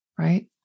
Right